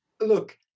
look